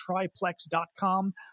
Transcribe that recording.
triplex.com